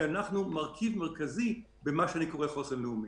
כי אנחנו מרכיב מרכזי בחוסן הלאומי.